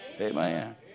Amen